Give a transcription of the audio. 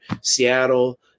Seattle